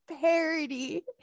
parody